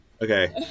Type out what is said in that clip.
Okay